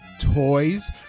Toys